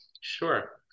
Sure